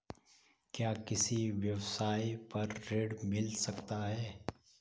क्या किसी व्यवसाय पर ऋण मिल सकता है?